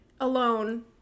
alone